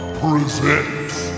presents